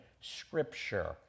scripture